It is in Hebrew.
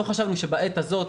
לא חשבנו שבעת הזו,